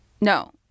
No